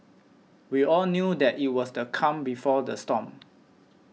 we all knew that it was the calm before the storm